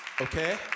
Okay